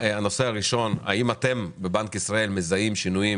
הנושא הראשון הוא האם אתם בבנק ישראל מזהים שינויים